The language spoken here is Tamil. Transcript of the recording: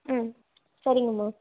ம் சரிங்கம்மா